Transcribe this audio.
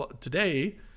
today